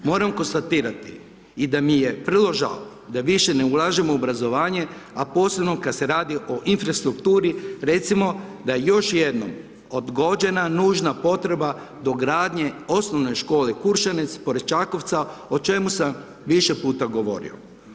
Moram konstatirati i da mi je vrlo žao da više ne ulažemo u obrazovanje, a posebno kad se radi o infrastrukturi, recimo da još jednom odgođena nužna potreba dogradnje OŠ Kuršanec, pored Čakovca, o čemu sam više puta govorio.